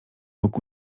mógł